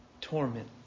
torment